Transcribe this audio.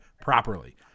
properly